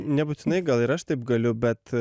nebūtinai gal ir aš taip galiu bet